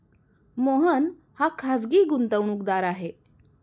मोहन हा खाजगी गुंतवणूकदार आहे